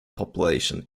population